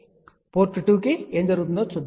కాబట్టి పోర్ట్ 2 కి ఏమి జరిగిందోచూద్దాం